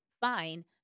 fine